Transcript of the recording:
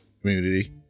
community